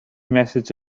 methods